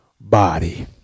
body